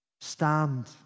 stand